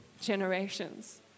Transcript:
generations